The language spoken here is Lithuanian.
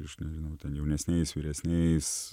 iš nežinau ten jaunesniais vyresniais